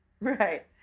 Right